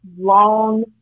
long